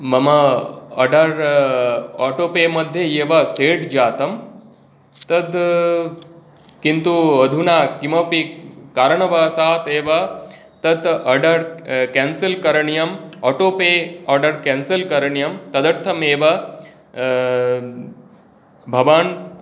मम order auto pay मध्ये एव सेट् जातं तद् किन्तु अधुना किमपि कारणवसात् एव तत् आर्डर केन्सल् करणीयम् आटो पे आर्डर् केन्सल् करणीयं तदर्थम् एव भवान्